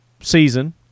season